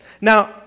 Now